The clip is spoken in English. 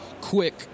quick